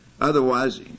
Otherwise